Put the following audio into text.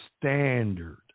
standard